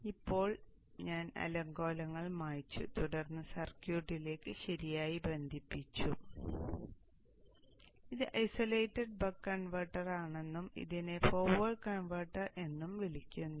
അതിനാൽ ഇപ്പോൾ ഞാൻ അലങ്കോലങ്ങൾ മായ്ച്ചു തുടർന്ന് സർക്യൂട്ടിലേക്ക് ശരിയായി ബന്ധിപ്പിച്ചു ഇത് ഐസൊലേറ്റഡ് ബക്ക് കൺവെർട്ടറാണെന്നും ഇതിനെ ഫോർവേഡ് കൺവെർട്ടർ എന്നും വിളിക്കുന്നു